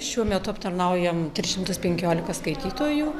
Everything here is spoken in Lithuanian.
šiuo metu aptarnaujam tris šimtus penkiolika skaitytojų